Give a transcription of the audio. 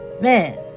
Man